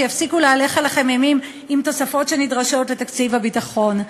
שיפסיקו להלך עליכם אימים עם תוספות שנדרשות לתקציב הביטחון.